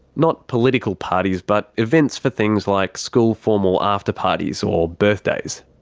not political parties, but events for things like school formal after parties or birthdays.